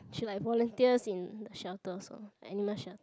she like volunteers in shelters also animal shelter